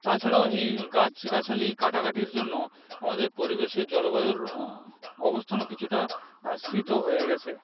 তাছাড়াও এই গাছগাছালি কাটাকাটির জন্য আমাদের পরিবেশের জলবায়ুর অবস্থানও কিছুটা স্ফীত হয়ে গেছে